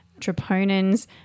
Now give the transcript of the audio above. troponins